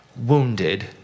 wounded